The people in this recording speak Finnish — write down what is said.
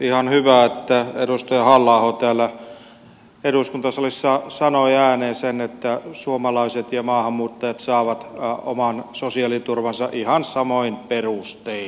ihan hyvä että edustaja halla aho täällä eduskuntasalissa sanoi ääneen sen että suomalaiset ja maahanmuuttajat saavat oman sosiaaliturvansa ihan samoin perustein